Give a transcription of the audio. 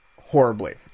horribly